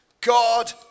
God